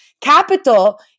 Capital